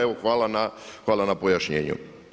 Evo hvala na pojašnjenju.